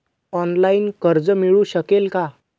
Online कर्ज मिळू शकेल का?